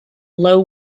low